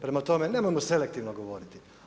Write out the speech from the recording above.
Prema tome nemojmo selektivno govoriti.